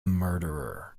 murderer